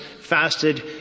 fasted